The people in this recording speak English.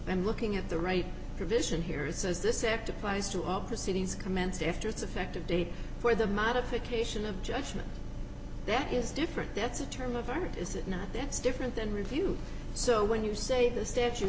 them looking at the right provision here it says deceptive applies to all proceedings commenced after it's effective date for the modification of judgment that is different that's a term of art is it not that's different than review so when you say the statu